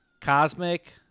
Cosmic